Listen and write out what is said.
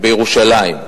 בירושלים.